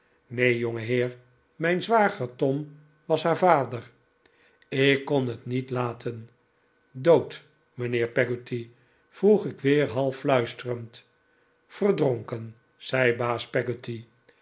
mijn zwager tom was haar vader ik kon net niet laten dood mijnheer peggotty vroeg ik weer half fluisterend verdronken zei baas